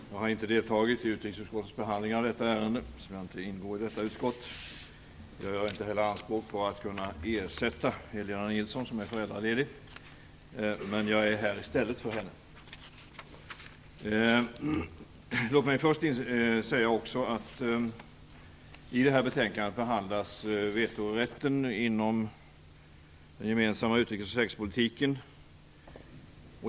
Fru talman! Jag har inte deltagit i utrikesutskottets behandling av detta ärende eftersom jag inte ingår i detta utskott. Jag gör inte heller anspråk på att kunna ersätta Helena Nilsson, som är föräldraledig, men jag är här i stället för henne. I det här betänkandet behandlas vetorätten inom den gemensamma utrikes och säkerhetspolitiken.